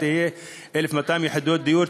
1,200 יחידות דיור,